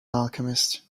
alchemist